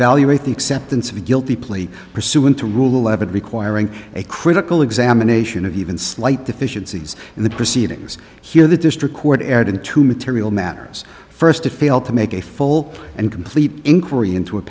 evaluate the acceptance of a guilty plea pursuant to rule eleven requiring a critical examination of even slight deficiencies in the proceedings here the district court entered into material matters first to fail to make a full and complete inquiry into a